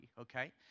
Okay